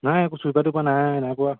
নাই একো ছুইপাৰ টুইপাৰ নাই নাই পোৱা